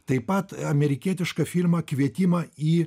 taip pat amerikietišką filmą kvietimą į